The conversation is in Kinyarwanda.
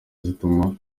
zituma